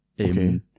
okay